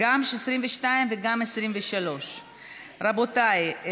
גם 22 וגם 23. רבותיי,